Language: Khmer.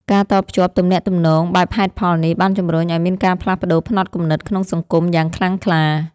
ការតភ្ជាប់ទំនាក់ទំនងបែបហេតុផលនេះ បានជំរុញឱ្យមានការផ្លាស់ប្តូរផ្នត់គំនិតក្នុងសង្គមយ៉ាងខ្លាំងក្លា។